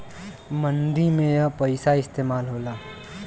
मंदी में यही पइसा इस्तेमाल होला